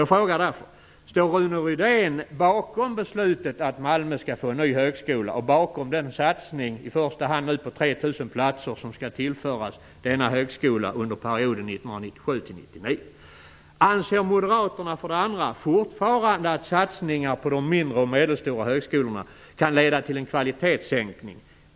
Jag vill därför fråga: Står Rune Rydén bakom beslutet att Malmö skall få en ny högskola och bakom den satsning på i första hand 3 000 platser som skall tillföras denna högskola under perioden 1997-1999? Anser Moderaterna fortfarande att satsningar på de mindre och medelstora högskolorna kan leda till en kvalitetssänkning?